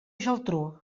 geltrú